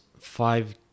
five